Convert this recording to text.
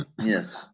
Yes